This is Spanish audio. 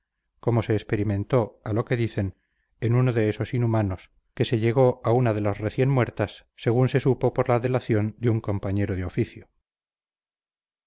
como se experimentó a lo que dicen en uno de esos inhumanos que se llegó a una de las recién muertas según se supo por la delación de un compañero de oficio